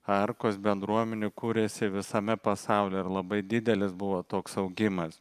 arkos bendruomenių kuriasi visame pasaulyje ir labai didelis buvo toks augimas